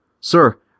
Sir